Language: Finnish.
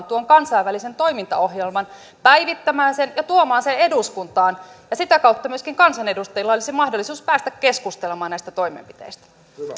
tuon kansainvälisen toimintaohjelman päivittämään sen ja tuomaan sen eduskuntaan sitä kautta myöskin kansanedustajilla olisi mahdollisuus päästä keskustelemaan näistä toimenpiteistä